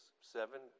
seven